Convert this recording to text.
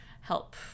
help